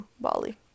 Bali